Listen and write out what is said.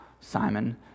Simon